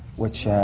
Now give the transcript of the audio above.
which.